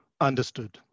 Understood